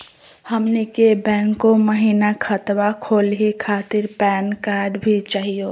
हमनी के बैंको महिना खतवा खोलही खातीर पैन कार्ड भी चाहियो?